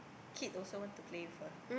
kid also want to play with her